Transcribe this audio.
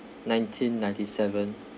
nineteen ninety seven